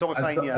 לצורך העניין.